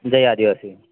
જય આદિવાસી